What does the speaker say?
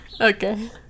Okay